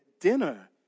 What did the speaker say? dinner